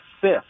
fifth